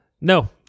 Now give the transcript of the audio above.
No